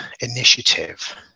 initiative